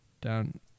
down